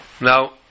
Now